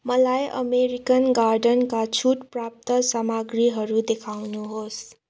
मलाई अमेरिकन गार्डनका छुट प्राप्त सामग्रीहरू देखाउनुहोस्